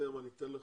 תכף אני אתן לך,